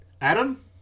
Adam